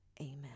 Amen